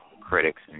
critics